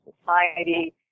society